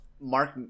Mark